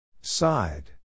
Side